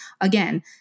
Again